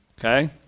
okay